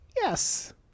Yes